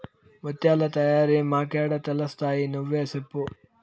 ముత్యాల తయారీ మాకేడ తెలుస్తయి నువ్వే సెప్పు